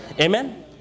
Amen